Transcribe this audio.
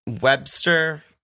Webster